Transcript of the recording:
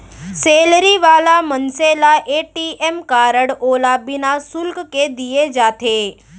salary वाला मनसे ल ए.टी.एम कारड ओला बिना सुल्क के दिये जाथे